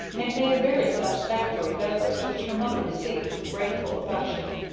and made a very satisfactory beverage which her mother received with grateful affection.